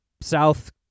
South